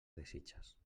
desitges